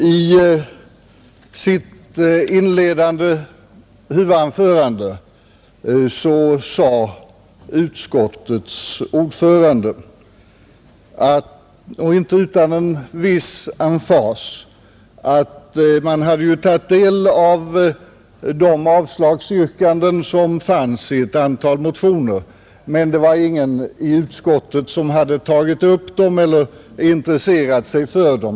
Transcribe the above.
I sitt inledande huvudanförande sade utskottets ordförande — inte utan en viss emfas — att man hade tagit del av de avslagsyrkanden som fanns i ett antal motioner, men det var ingen i utskottet som hade tagit upp dem eller intresserat sig för dem.